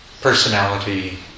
personality